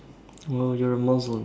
or you're a Muslim